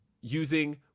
using